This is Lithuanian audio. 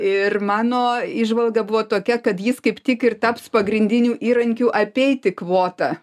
ir mano įžvalga buvo tokia kad jis kaip tik ir taps pagrindiniu įrankiu apeiti kvotą